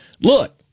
Look